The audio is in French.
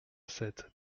sept